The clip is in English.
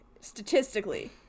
Statistically